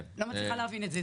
אני לא מצליחה להבין את זה.